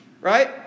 Right